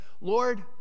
Lord